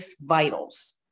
vitals